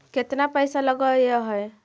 केतना पैसा लगय है?